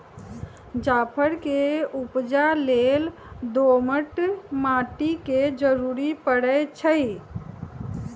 जाफर के उपजा लेल दोमट माटि के जरूरी परै छइ